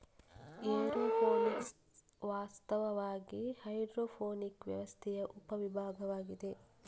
aeroponics ವಾಸ್ತವವಾಗಿ hydroponic ವ್ಯವಸ್ಥೆಯ ಉಪ ವಿಭಾಗವಾಗಿದೆ